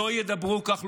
לא ידברו כך,